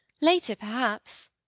later perhaps.